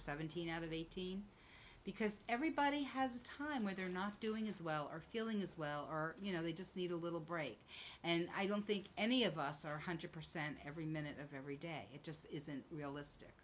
seventeen out of the teen because everybody has a time where they're not doing as well or feeling as well or you know they just need a little break and i don't think any of us are one hundred percent every minute of every day it just isn't